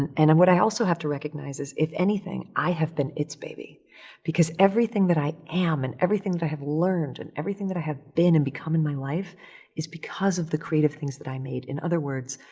and and um what i also have to recognize is if anything i have been its baby because everything that i am and everything that i have learned and everything that i have been and become in my life is because of the creative things that i made. in other words,